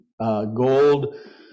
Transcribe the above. gold